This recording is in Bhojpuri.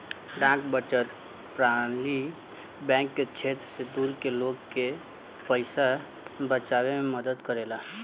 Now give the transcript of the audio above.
डाक बचत प्रणाली बैंक के क्षेत्र से दूर के लोग के पइसा बचावे में मदद करेला